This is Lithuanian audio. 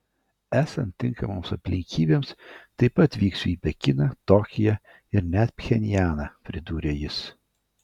esant tinkamoms aplinkybėms taip pat vyksiu į pekiną tokiją ir net pchenjaną pridūrė jis